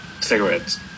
cigarettes